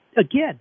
Again